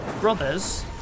brothers